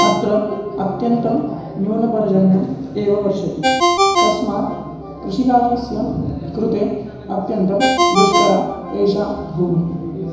अत्र अत्यन्तं न्यूनपरजन्यम् एव वर्षति तस्मात् कृषिकार्यस्य कृते अत्यन्तं दुष्करा एषा भूमिः